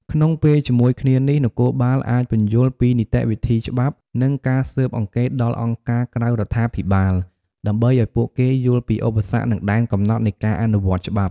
ក្នុងពេលជាមួយគ្នានេះ នគរបាលអាចពន្យល់ពីនីតិវិធីច្បាប់ និងការស៊ើបអង្កេតដល់អង្គការក្រៅរដ្ឋាភិបាល ដើម្បីឲ្យពួកគេយល់ពីឧបសគ្គ និងដែនកំណត់នៃការអនុវត្តច្បាប់។